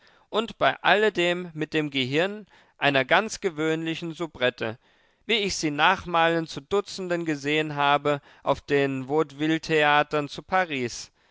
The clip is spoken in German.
und bei alledem mit dem gehirn einer ganz gewöhnlichen soubrette wie ich sie nachmalen zu dutzenden gesehen habe auf den vaudevilletheatern zu paris